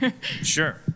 Sure